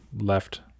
left